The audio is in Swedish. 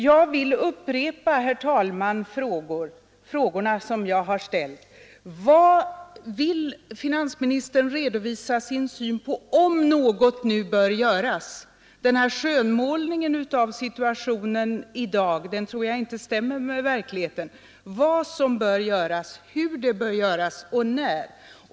Jag vill upprepa, herr talman, frågorna som jag har ställt: Vill finansministern redovisa sin syn på frågan om något nu bör göras? Den här skönmålningen av situationen i dag tror jag inte stämmer med verkligheten. Vad bör göras, hur bör det göras och när?